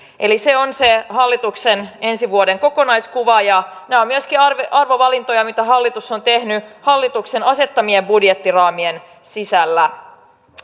eli se on se hallituksen ensi vuoden kokonaiskuva ja nämä ovat myöskin arvovalintoja joita hallitus on tehnyt hallituksen asettamien budjettiraamien sisällä